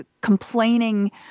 complaining